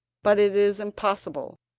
but it is impossible.